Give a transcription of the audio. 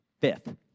Fifth